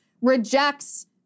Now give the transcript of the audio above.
rejects